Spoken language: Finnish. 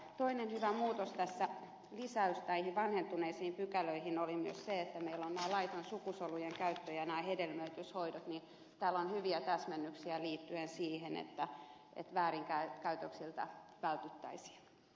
toinen hyvä muutos lisäys näihin vanhentuneisiin pykäliin oli myös se kun meillä on tämä laiton sukusolujen käyttö ja hedelmöityshoidot niin täällä on hyviä täsmennyksiä liittyen siihen että väärinkäytöksiltä vältyttäisiin